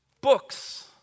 Books